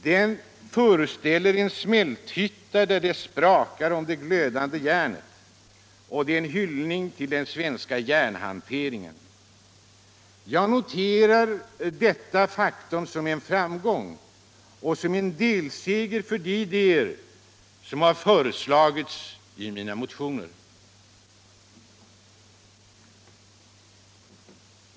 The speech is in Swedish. Den föreställer en smälthytta, där det sprakar om det glödande järnet. Det är en hyllning till den svenska järnhanteringen. Jag noterar detta faktum som en framgång och en delseger för de idéer som föreslagits i mina motioner.